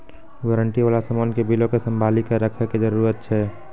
warranty बाला समान के बिलो के संभाली के रखै के जरूरत छै